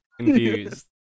confused